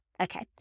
Okay